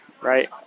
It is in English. right